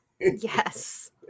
Yes